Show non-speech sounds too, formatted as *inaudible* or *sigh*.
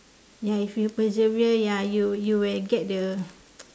ya if you persevere ya you you will get the *noise*